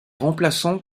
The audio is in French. remplaçant